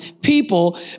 people